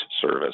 service